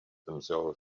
themselves